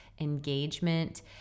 engagement